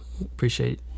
appreciate